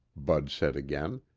bud said again.